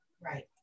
right